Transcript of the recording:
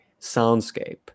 soundscape